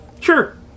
sure